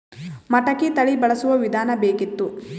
ಮಟಕಿ ತಳಿ ಬಳಸುವ ವಿಧಾನ ಬೇಕಿತ್ತು?